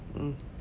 mm